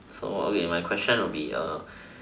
so okay my question will be